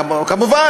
כמובן,